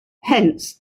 hence